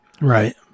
right